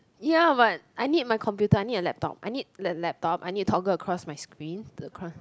ya but I need my computer I need a laptop I need a laptop I need to toggle across my screen